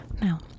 Now